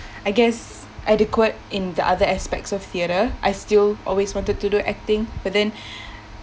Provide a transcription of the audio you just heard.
I guess adequate in the other aspects of theatre I still always wanted to do acting but then